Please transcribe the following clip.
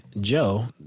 Joe